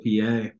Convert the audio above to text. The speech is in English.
PA